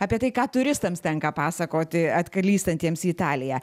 apie tai ką turistams tenka pasakoti atklystantiems į italiją